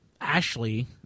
Ashley